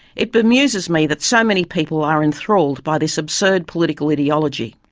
it bemuses me that so many people are enthralled by this absurd political ideology.